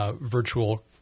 Virtual